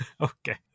Okay